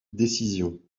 décision